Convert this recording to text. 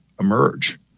emerge